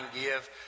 give